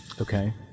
Okay